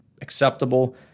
acceptable